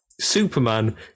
Superman